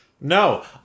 No